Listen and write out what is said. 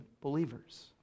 believers